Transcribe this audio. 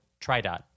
TRIDOT